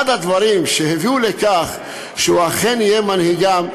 אחד הדברים שהביאו לכך שהוא אכן יהיה מנהיגם,